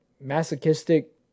masochistic